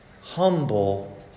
humble